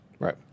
Right